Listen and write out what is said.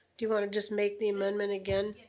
do you wanna just make the amendment again?